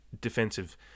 defensive